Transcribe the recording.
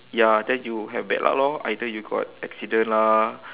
ya then you have bad luck lor either you got accident lah